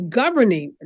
governing